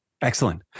Excellent